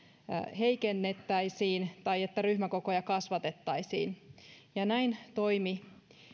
heikennettäisiin tai että ryhmäkokoja kasvatettaisiin ja näin toimi